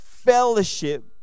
Fellowship